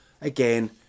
again